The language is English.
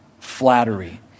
flattery